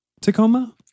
Tacoma